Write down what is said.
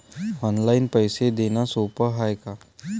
Online पैसे देण सोप हाय का?